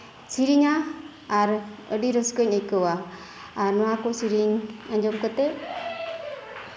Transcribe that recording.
ᱥᱮᱨᱮᱧᱟ ᱟᱨ ᱟᱧᱹᱰᱤ ᱨᱟᱹᱥᱠᱟᱹᱧ ᱟᱹᱭᱠᱟᱹᱣᱟ ᱱᱚᱣᱟ ᱠᱚ ᱥᱮᱨᱮᱧ ᱟᱸᱡᱚᱢ ᱠᱟᱛᱮᱜ